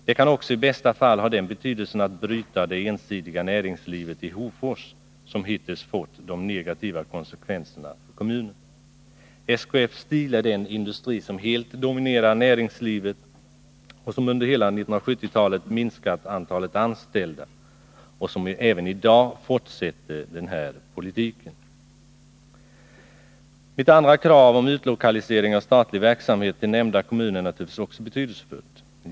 Den kan också i bästa fall bryta det ensidiga näringslivet i Hofors, som hittills gett de negativa konsekvenserna för kommunen. SKF Steel är den industri som helt dominerar näringslivet, som under hela 1970-talet minskat antalet anställda och som även i dag fortsätter den politiken. Mitt andra krav, utlokalisering av statlig verksamhet till nämnda kommuner, är naturligtvis också betydelsefullt.